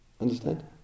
understand